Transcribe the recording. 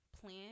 plan